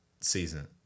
season